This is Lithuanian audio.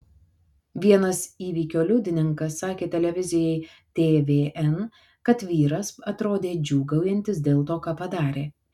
vienas įvykio liudininkas sakė televizijai tvn kad vyras atrodė džiūgaujantis dėl to ką padarė